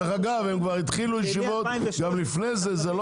דרך אגב, הם כבר התחילו בישיבות גם לפני כן.